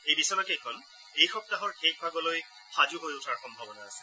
এই বিছনাকেইখন এই সপ্তাহৰ শেষ ভাগলৈ সাজু হৈ উঠাৰ সম্ভাৱনা আছে